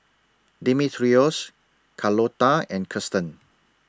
Demetrios Carlota and Kirsten